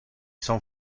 son